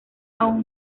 aún